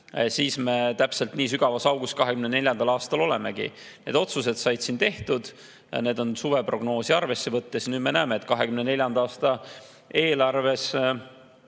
siis me täpselt nii sügavas augus 2024. aastal olemegi. Need otsused said siin tehtud, need [tehti] suveprognoosi arvesse võttes. Nüüd me näeme, et 2024. aasta eelarves